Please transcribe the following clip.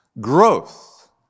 growth